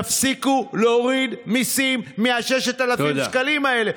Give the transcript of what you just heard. תפסיקו להוריד מיסים מה-6,000 שקלים האלה.